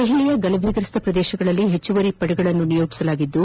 ದೆಹಲಿಯ ಗಲಭೆಗ್ರಸ್ತ ಪ್ರದೇಶಗಳಲ್ಲಿ ಹೆಚ್ಚುವರಿ ಪಡೆಗಳನ್ನು ನಿಯೋಜಿಸಲಾಗಿದ್ದು